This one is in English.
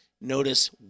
Notice